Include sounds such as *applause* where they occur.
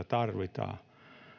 *unintelligible* tarvitaan